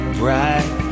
bright